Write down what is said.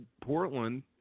Portland